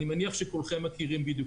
אני מניח שכולכם מכירים אותן.